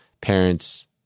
Parents